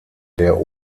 der